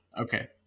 Okay